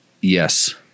Yes